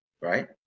right